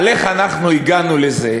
על איך אנחנו הגענו לזה,